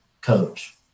coach